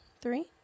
three